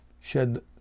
Shed